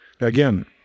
again